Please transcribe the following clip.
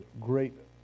great